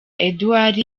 edouard